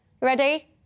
Ready